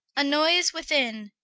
a noyse within,